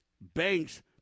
banks